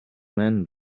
man